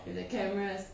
with the cameras